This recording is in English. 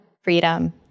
freedom